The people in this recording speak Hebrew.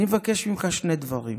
אני מבקש ממך שני דברים: